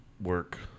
Work